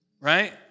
right